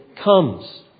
comes